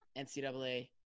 NCAA